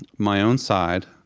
my own side,